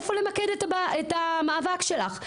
איפה למקד את המאבק שלך.